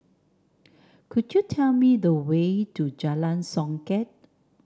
could you tell me the way to Jalan Songket